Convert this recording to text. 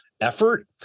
effort